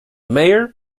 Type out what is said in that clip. mayor